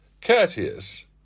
courteous